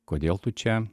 kodėl tu čia